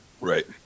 right